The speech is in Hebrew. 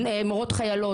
מורות חיילות.